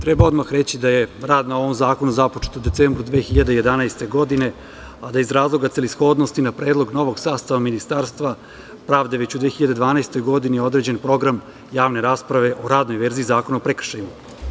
Treba odmah reći da je rad na ovom zakonu započet u decembru mesecu 2011. godine, a da je iz razloga celishodnosti na predlog novog sastava Ministarstva pravde već u 2012. godini određen program javne rasprave o radnoj verziji Zakona o prekršajima.